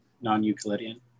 Non-Euclidean